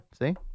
See